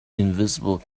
invisible